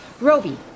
Roby